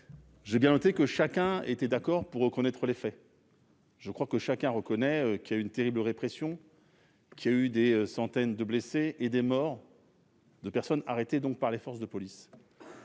j'ai bien noté que chacun était d'accord pour admettre les faits. Chacun reconnaît qu'il y a eu une terrible répression, avec des centaines de blessés et des morts parmi les personnes arrêtées par les forces de police.